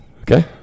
Okay